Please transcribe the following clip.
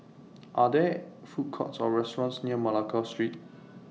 Are There Food Courts Or restaurants near Malacca Street